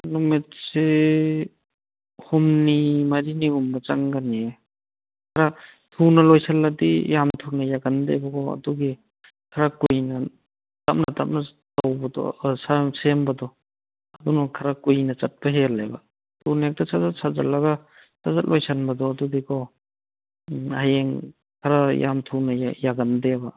ꯅꯨꯃꯤꯠꯁꯤ ꯍꯨꯝꯅꯤ ꯃꯔꯤꯅꯤꯒꯨꯝꯕ ꯆꯪꯒꯅꯤ ꯈꯔ ꯊꯨꯅ ꯂꯣꯏꯁꯤꯜꯂꯗꯤ ꯌꯥꯝ ꯊꯨꯅ ꯌꯥꯒꯟꯗꯦꯕꯀꯣ ꯑꯗꯨꯒꯤ ꯈꯔ ꯀꯨꯏꯅ ꯇꯞꯅ ꯇꯞꯅ ꯇꯧꯕꯗꯣ ꯁꯦꯝꯕꯗꯣ ꯑꯗꯨꯅ ꯈꯔ ꯀꯨꯏꯅ ꯆꯠꯄ ꯍꯦꯜꯂꯦꯕ ꯊꯨꯅ ꯍꯦꯛꯇ ꯁꯠ ꯁꯠ ꯁꯥꯖꯤꯜꯂꯒ ꯁꯠ ꯁꯠ ꯂꯣꯏꯁꯤꯟꯕꯗꯣ ꯑꯗꯨꯗꯤꯀꯣ ꯎꯝ ꯍꯌꯦꯡ ꯈꯔ ꯌꯥꯝ ꯊꯨꯅ ꯌꯥꯒꯟꯗꯦꯕ